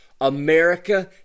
America